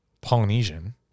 Polynesian